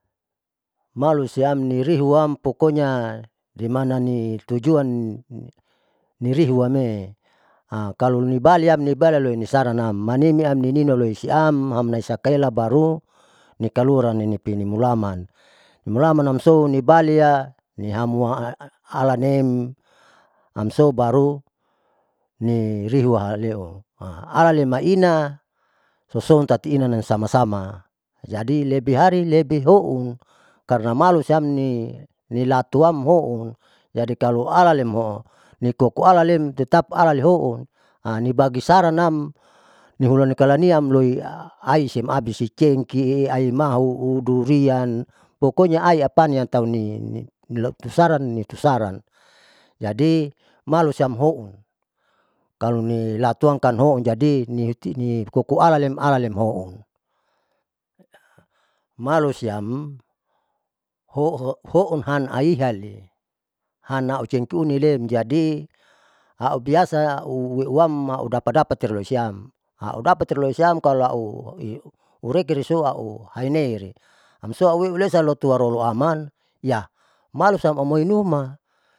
Malu siam nirihuam pokonya rimanani tujuan nirihuame kalo nibaliam nibala loi nisaramnam manimi amnininu loi siam amloisakaela baru nikaluara nipinimulaman, mulaman amso nibarang alia niamuaan alannem amso baru nirihua aleu alale maina sosotatiinanam samasamsa jadi lebe hari lebe houn karna malusiam nilatuam houn jadi kalo alalem hon nikokualanlem tetap alale houn nibagisaranam nihuloi kalania huoi aisiem abisi aicengke aimahu durian, pokonya aiapan tauiani lotusaran lotusaran, jadi malu siam houn kalo nilatuam kan houn jadi niti nikokualan houn, malusiam hounhan aihali hanaucenkeunilemjadi ubiasa aueuam audapat dapatieusuam audaptiloisiam kalo aurekiuso auhaineiri amso auewulesaloto tuarowaruluaman ya malusiam amoynuma.